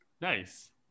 Nice